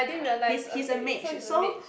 he's he's a mage so